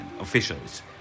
officials